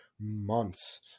months